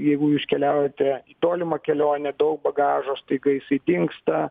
jeigu jūs keliaujate į tolimą kelionę daug bagažo staiga jisai dingsta